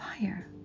fire